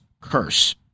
curse